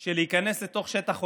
של להיכנס לתוך שטח אויב,